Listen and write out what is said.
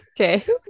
okay